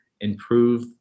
improve